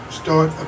start